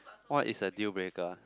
what is a deal breaker